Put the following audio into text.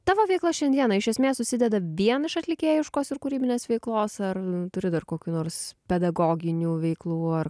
tavo veikla šiandieną iš esmės susideda vien iš atlikėjiškos ir kūrybinės veiklos ar turi dar kokių nors pedagoginių veiklų ar